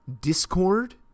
discord